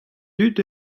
dud